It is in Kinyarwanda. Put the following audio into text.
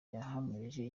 yahamirije